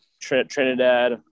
Trinidad